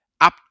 up